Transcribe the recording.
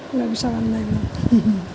নাই সেইবোৰ চাবাৰ নাই